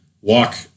walk